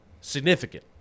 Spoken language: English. Significant